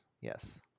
Yes